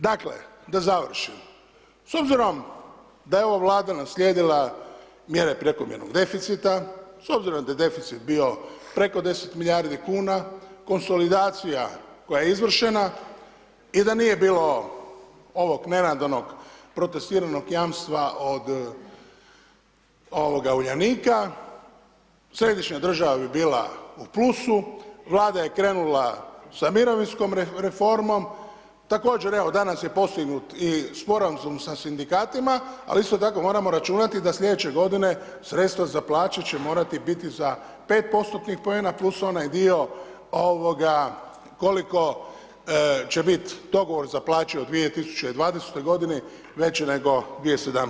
Dakle, da završim s obzirom da je ova Vlada naslijedila mjere prekomjernog deficita, s obzirom da je deficit bio preko 10 milijardi kuna, konsolidacija koja je izvršena i da nije bilo ovog nenadanog protestiranog jamstva od ovoga Uljanika, središnja država bi bila u plusu, Vlada je krenula sa mirovinskom reformom, također evo danas je postignut sporazum sa sindikatima ali isto tako moramo računati da slijedeće godine sredstva za plaća će morati biti za 5%-tnih poena plus onaj dio ovoga koliko će biti dogovor za plaće u 2020. godini veći nego 2017.